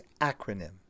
acronym